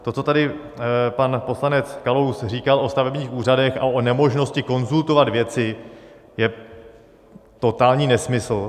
To, co tady pan poslanec Kalous říkal o stavebních úřadech a o nemožnosti konzultovat věci, je totální nesmysl.